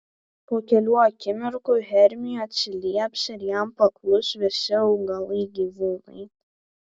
po kelių akimirkų hermiui atsilieps ir jam paklus visi augalai gyvūnai